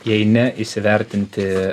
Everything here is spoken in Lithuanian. jei ne įsivertinti